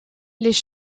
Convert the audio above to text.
les